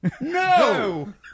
No